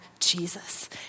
Jesus